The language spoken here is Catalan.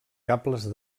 cables